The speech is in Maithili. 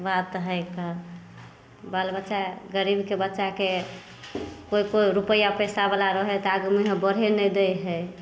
बात हइके बाल बच्चा गरीबके बच्चाके कोइ कोइ रुपैआ पइसावला रहै तऽ आगू मुँहे बढ़ै नहि दै हइ